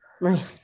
Right